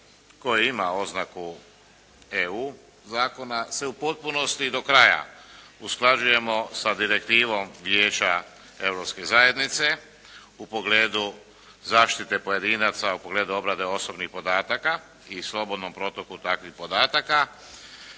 koji ima oznaku E.U. zakona se u potpunosti i do kraja usklađujemo sa direktivom Vijeća Europske zajednice u pogledu zaštite pojedinaca, u pogledu obrade osobnih podataka i slobodnom protoku takvih podataka.